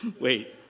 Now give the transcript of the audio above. Wait